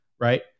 right